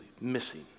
missing